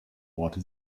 bohrte